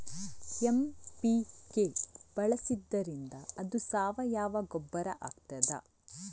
MPK ಬಳಸಿದ್ದರಿಂದ ಅದು ಸಾವಯವ ಗೊಬ್ಬರ ಆಗ್ತದ?